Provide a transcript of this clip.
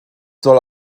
soll